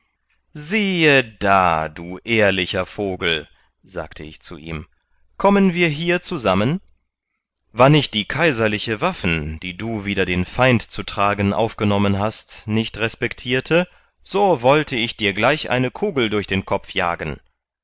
siehe da du ehrlicher vogel sagte ich zu ihm kommen wir hier zusammen wann ich die kaiserliche waffen die du wider den feind zu tragen aufgenommen hast nicht respektierte so wollte ich dir gleich eine kugel durch den kopf jagen